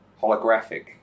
Holographic